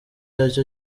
aricyo